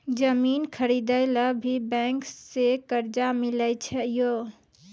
जमीन खरीदे ला भी बैंक से कर्जा मिले छै यो?